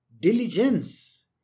diligence